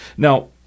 Now